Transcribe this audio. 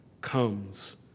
comes